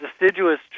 deciduous